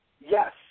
Yes